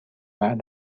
بعد